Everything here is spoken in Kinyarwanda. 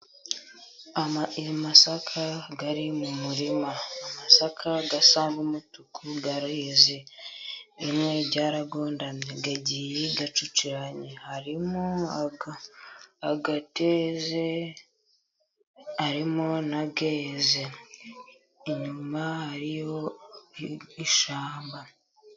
Amasaka ari mu murima, amasaka asa n'umutuku areze, rimwe ryaragondamye agiye acukiranye, harimo ayeze, harimo n'ateze, inyuma hariyo ishyamba.